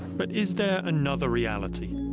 but is there another reality?